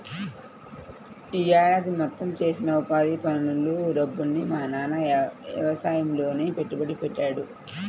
యీ ఏడాది మొత్తం చేసిన ఉపాధి పనుల డబ్బుని మా నాన్న యవసాయంలోనే పెట్టుబడి పెట్టాడు